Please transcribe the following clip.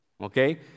Okay